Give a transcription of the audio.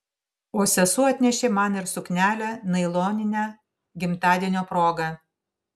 o sesuo atnešė man ir suknelę nailoninę gimtadienio proga